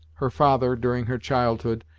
her father, during her childhood,